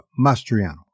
Mastriano